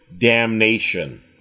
damnation